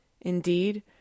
Indeed